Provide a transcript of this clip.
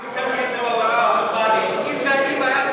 אם זה היה נכון